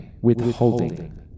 withholding